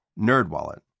NerdWallet